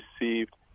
received